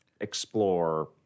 explore